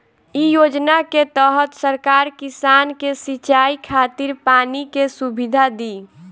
इ योजना के तहत सरकार किसान के सिंचाई खातिर पानी के सुविधा दी